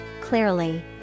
clearly